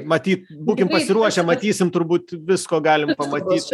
matyt būkim pasiruošę matysim turbūt visko galim pamatyt